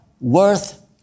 worth